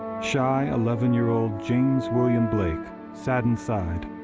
shy eleven year old james william blake sat inside,